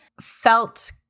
felt